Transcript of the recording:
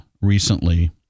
recently